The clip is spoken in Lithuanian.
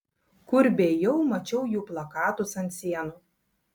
kur beėjau mačiau jų plakatus ant sienų